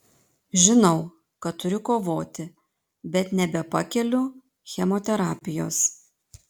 žinau kad turiu kovoti bet nebepakeliu chemoterapijos